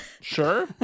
sure